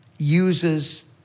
uses